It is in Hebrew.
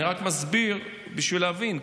אני רק מסביר בשביל להבין,